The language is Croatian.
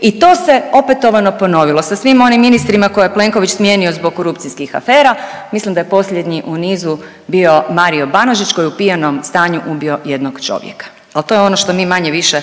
I to se opetovano ponovilo sa svim onim ministrima koje je Plenković smijenio zbog korupcijskih afera. Mislim da je posljednji u nizu bio Mario Banožić koji je u pijanom stanju ubio jednog čovjeka. Al to je ono što mi manje-više